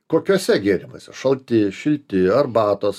kokiuose gėrimuose šalti šilti arbatos